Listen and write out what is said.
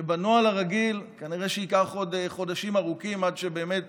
שבנוהל הרגיל כנראה שייקח עוד חודשים ארוכים עד שבאמת